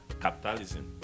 capitalism